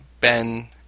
ben